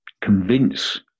convince